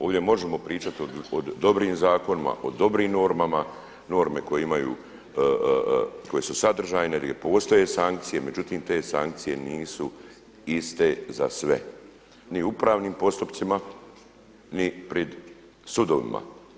Ovdje možemo pričati o dobrim zakonima o dobrim normama, norme koje su sadržajne jer postoje sankcije, međutim te sankcije nisu iste za sve ni u upravnim postupcima ni pred sudovima.